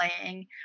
playing